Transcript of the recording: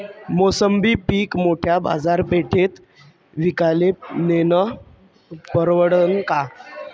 मोसंबी पीक मोठ्या बाजारपेठेत विकाले नेनं परवडन का?